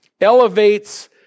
Elevates